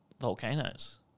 volcanoes